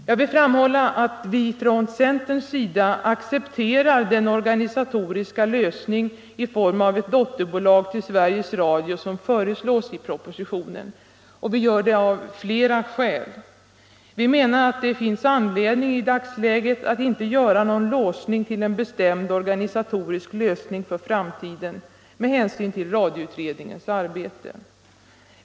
Jag vill framhålla att vi från centerns sida accepterar den organisatoriska lösning i form av ett dotterbolag till Sveriges Radio som föreslås i propositionen. Vi gör det av flera skäl. Vi menar att det finns anledning att i dagsläget inte göra någon låsning till en bestämd organisatorisk lösning för framtiden med hänsyn till radioutredningens arbete.